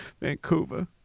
Vancouver